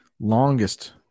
longest